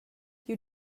you